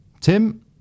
Tim